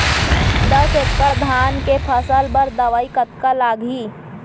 दस एकड़ धान के फसल बर दवई कतका लागही?